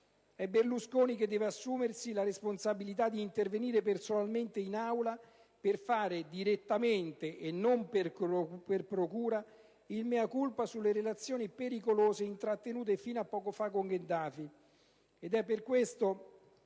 è Berlusconi che deve assumersi la responsabilità di intervenire personalmente in Aula per fare direttamente, e non per procura, il *mea culpa* sulle relazioni pericolose intrattenute fino a poco fa con Gheddafi.